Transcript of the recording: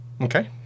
Okay